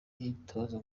myitozo